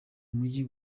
muji